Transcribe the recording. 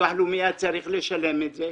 והביטוח הלאומי הוא זה שהיה צריך לשלם את זה,